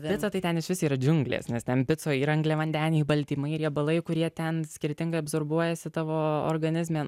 pica tai ten išvis yra džiunglės nes ten picoj yra angliavandeniai baltymai riebalai kurie ten skirtingai absorbuojasi tavo organizme